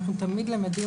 אנחנו תמיד למדים,